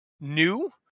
new